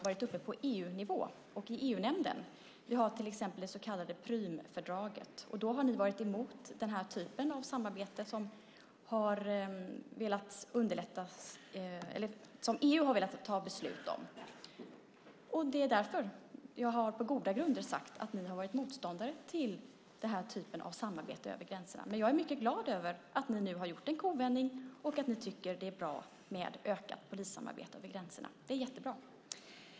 Vi har till exempel det så kallade Prümfördraget. Då har ni varit emot den här typen av samarbete som EU har velat fatta beslut om. Därför har jag på goda grunder sagt att ni har varit motståndare till den här typen av samarbete över gränserna. Jag är mycket glad över att ni nu har gjort en kovändning och tycker att det är bra med ökat polissamarbete över gränserna. Det är jättebra.